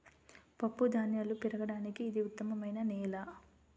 పప్పుధాన్యాలు పెరగడానికి ఇది ఉత్తమమైన నేల